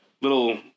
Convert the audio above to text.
little